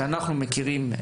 שאנחנו מכירים,